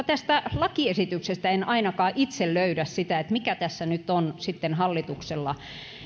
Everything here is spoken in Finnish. tästä lakiesityksestä en ainakaan itse löydä sitä mikä tässä nyt on sitten hallituksella